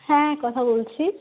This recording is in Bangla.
হ্যাঁ কথা বলছি